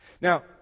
Now